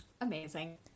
amazing